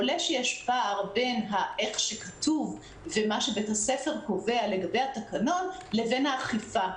עולה שיש פער בין מה שכתוב ומה שבית הספר קובע לגבי התקנון לבין האכיפה.